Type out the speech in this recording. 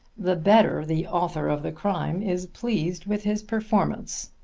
the better the author of the crime is pleased with his performance.